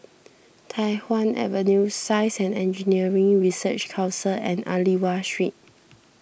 Tai Hwan Avenue Science and Engineering Research Council and Aliwal Street